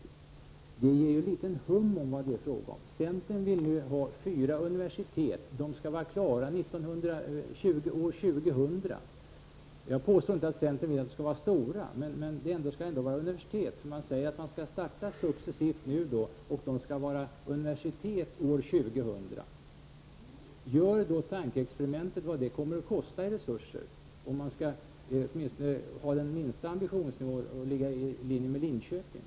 Det ger en liten hum om vad det är fråga om. Centern vill ha fyra nya universitet. De skall vara färdiga år 2000. Jag påstår inte att centern vill att de skall vara stora, men det skall ändå vara universitet. Man säger att utbyggnaden skall starta successivt och att högskolorna skall vara universitet år 2000. Gör då tankeexperimentet vad det kommer att kosta i resurser, åtminstone om man skall ha den minsta ambitionsnivå och ligga i nivå med Linköping.